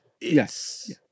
yes